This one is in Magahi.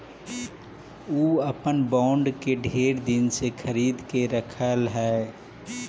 ऊ अपन बॉन्ड के ढेर दिन से खरीद के रखले हई